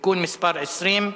(תיקון מס' 20,